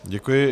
Děkuji.